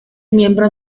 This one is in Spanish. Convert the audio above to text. miembro